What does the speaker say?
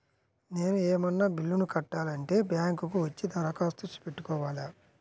నేను ఏమన్నా బిల్లును కట్టాలి అంటే బ్యాంకు కు వచ్చి దరఖాస్తు పెట్టుకోవాలా?